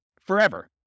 forever